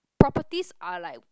properties are like